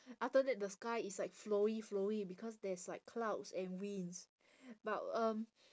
after that the sky is like flowy flowy because there's like clouds and winds but um